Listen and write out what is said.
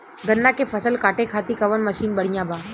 गन्ना के फसल कांटे खाती कवन मसीन बढ़ियां बा?